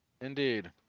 Indeed